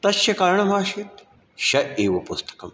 तस्य कारणमासीत् सः एव पुस्तकं